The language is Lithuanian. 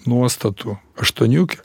nuostatų aštuoniukę